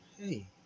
Hey